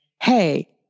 hey